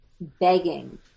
begging